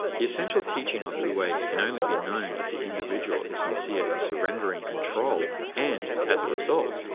the essential teaching of wu-wei can only be known if the individual is sincere in surrendering control and, as a result,